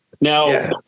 Now